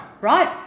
right